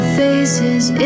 faces